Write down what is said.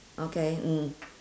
okay mm